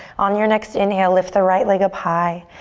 on your next inhale, lift the right leg up high.